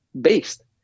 based